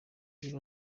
bakiri